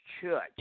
church